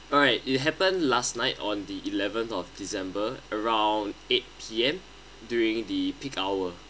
alright it happened last night on the eleventh of december around eight P_M during the peak hour